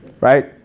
Right